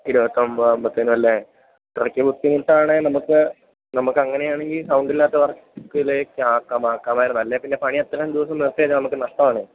ഇരുപത്തൊമ്പത് ആകുമ്പത്തേനല്ലേ അത്രക്ക് ബുദ്ധിമുട്ടാണേൽ നമുക്ക് നമുക്ക് അങ്ങനെയാണെങ്കിൽ സൗണ്ട് ഇല്ലാത്ത വർക്കിലേക്ക് ആക്കാം ആക്കാമായിരുന്നു അല്ലെങ്കിൽ പിന്നെ പണി അത്രയും ദിവസം നിർത്തി വെച്ചാൽ നമുക്ക് നഷ്ടമാണേ